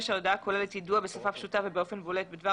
ההודעה כוללת יידוע בשפה פשוטה ובאופן בולט בדבר